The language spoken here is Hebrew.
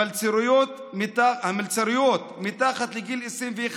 המלצריות מתחת לגיל 21,